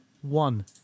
One